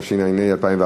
התשע"ה 2014,